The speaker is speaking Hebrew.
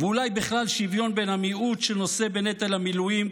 ואולי בכלל שוויון בין המיעוט שנושא בנטל המילואים,